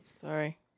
Sorry